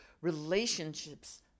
Relationships